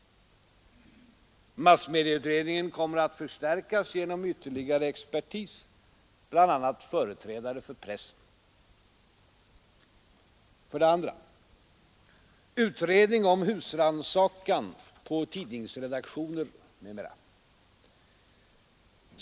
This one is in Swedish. Massmedieutredningen kommer att förstärkas genom ytterligare expertis, bl.a. företrädate för pressen. För det andra: Utredning om husrannsakan på tidningsredaktioner m.m.